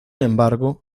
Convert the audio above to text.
embargo